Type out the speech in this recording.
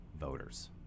voters